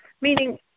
Meaning